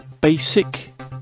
Basic